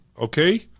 Okay